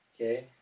okay